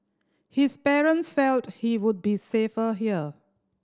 his parents felt he would be safer here